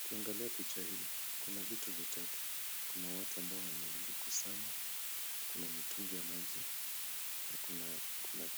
Ukiangalia picha hii, kuna vitu vitatu. Kuna watu ambao wamejikusanya, kuna mitungi ya maji na kuna